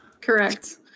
correct